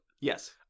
Yes